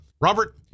Robert